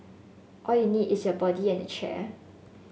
all you need is your body and a chair